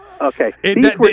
Okay